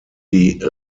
die